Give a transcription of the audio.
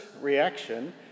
reaction